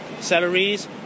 salaries